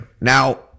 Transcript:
Now